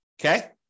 Okay